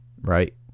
right